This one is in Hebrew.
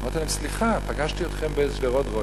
אמרתי להם: סליחה, פגשתי אתכם בשדרות-רוטשילד,